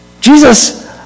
Jesus